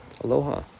aloha